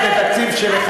לתקציב,